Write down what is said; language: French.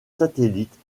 satellites